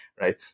right